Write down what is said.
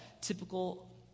typical